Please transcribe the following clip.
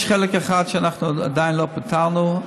יש חלק אחד שעדיין לא פתרנו,